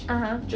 (uh huh)